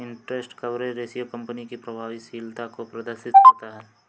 interest coverage ratio company की प्रभावशीलता को प्रदर्शित करता है